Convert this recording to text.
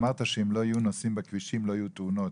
אמרת שאם לא יהיו נוסעים בכבישים לא יהיו תאונות.